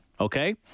okay